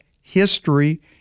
history